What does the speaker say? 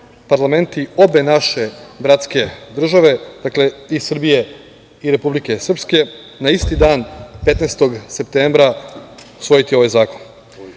parlamenti obe naše bratske države i Srbije i Republike Srpske, na isti dan 15. septembra usvojiti ovaj zakon.Zašto